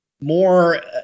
more